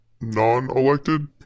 non-elected